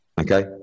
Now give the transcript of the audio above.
Okay